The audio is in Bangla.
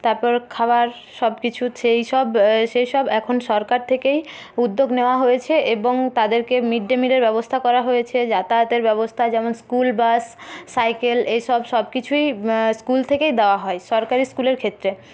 তারপর খাবার সব কিছু সেই সব সেই সব এখন সরকার থেকেই উদ্যোগ নেওয়া হয়েছে এবং তাদেরকে মিড ডে মিলের ব্যবস্থা করা হয়েছে যাতায়াতের ব্যবস্থা যেমন স্কুল বাস সাইকেল এইসব সবকিছুই স্কুল থেকেই দেওয়া হয় সরকারি স্কুলের ক্ষেত্রে